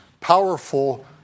powerful